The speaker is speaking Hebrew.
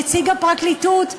נציג הפרקליטות: